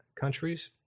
countries